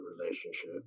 relationship